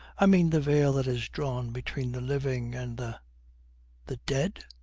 i mean the veil that is drawn between the living and the the dead?